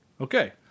Okay